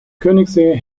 königssee